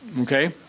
Okay